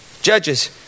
Judges